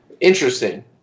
Interesting